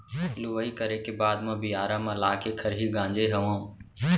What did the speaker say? लुवई करे के बाद म बियारा म लाके खरही गांजे हँव